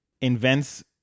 invents